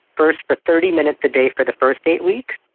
first for thirty minutes a day for the first eight weeks,